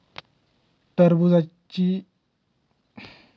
टरबुजनी शेती मार्चमा नैते एप्रिलमा करतस